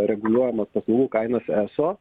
reguliuojamas paslaugų kainas eso